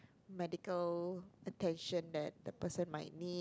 medical attention the person might need